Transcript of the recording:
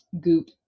goop